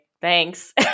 thanks